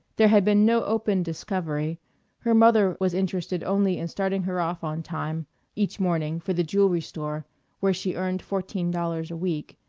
there had been no open discovery her mother was interested only in starting her off on time each morning for the jewelry store where she earned fourteen dollars a week.